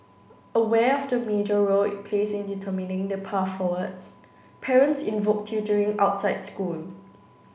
aware of the major role it plays in determining the path forward parents invoke tutoring outside school